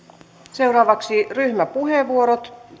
seuraavaksi ryhmäpuheenvuorot